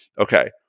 okay